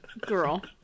Girl